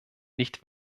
nicht